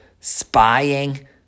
spying